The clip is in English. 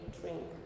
drink